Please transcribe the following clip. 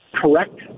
correct